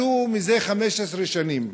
כלוא מזה 15 שנים.